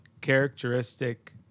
characteristic